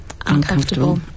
uncomfortable